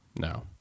No